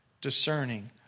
Discerning